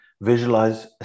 visualize